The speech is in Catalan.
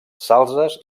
salzes